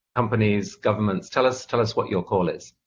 companies, governments. tell us tell us what your call is.